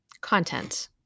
content